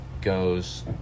goes